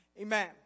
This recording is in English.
Amen